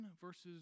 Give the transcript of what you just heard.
verses